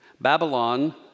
Babylon